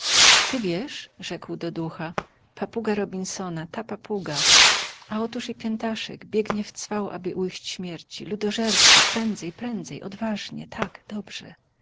wiesz rzekł do ducha papuga robinsona ta papuga a otóż i piętaszek biegnie wcwał aby ujść śmierci ludożercy prędzej prędzej odważnie tak dobrze